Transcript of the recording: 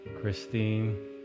Christine